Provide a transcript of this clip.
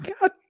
God